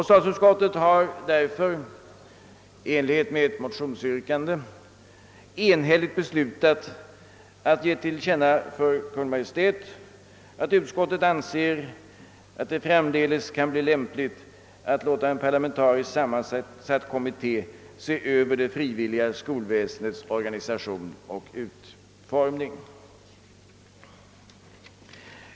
Statsutskottet har därför i enlighet med yrkandet i högermotionen enhälligt beslutat föreslå riksdagen att ge till känna för Kungl. Maj:t, att utskottet anser att det framdeles kan bli lämpligt att låta en parlamentariskt sammansatt kommitté se över det frivilliga skolväsendets organisation och utformning.